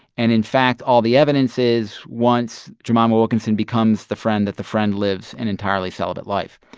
and in fact, all the evidence is once jemima wilkinson becomes the friend, that the friend lives an entirely celibate life.